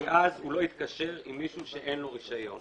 כי אז הוא לא יתקשר עם מישהו שאין לו רישיון.